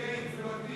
תהיה יצירתי.